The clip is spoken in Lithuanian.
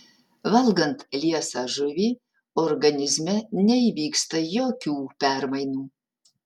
valgant liesą žuvį organizme neįvyksta jokių permainų